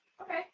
Okay